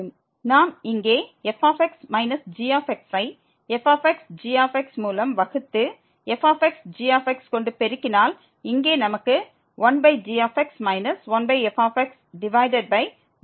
நாம் இங்கே fx gx ஐ fxgx மூலம் வகுத்து fxgx கொண்டு பெருக்கினால் இங்கே நமக்கு 1gx 1fx1fxg